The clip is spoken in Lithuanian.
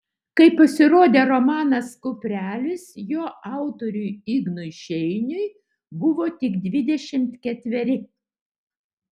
kai pasirodė romanas kuprelis jo autoriui ignui šeiniui buvo tik dvidešimt ketveri